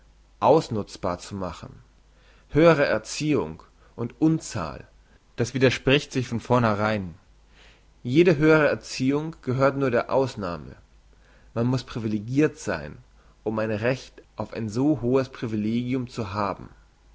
ausnutzbar zu machen höhere erziehung und unzahl das widerspricht sich von vornherein jede höhere erziehung gehört nur der ausnahme man muss privilegirt sein um ein recht auf ein so hohes privilegium zu haben